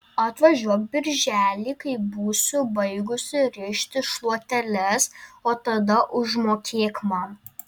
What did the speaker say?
atvažiuok birželį kai būsiu baigusi rišti šluoteles o tada užmokėk man